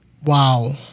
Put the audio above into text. Wow